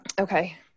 Okay